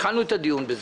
התחלנו את הדיון בזה,